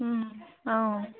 অঁ